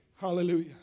Hallelujah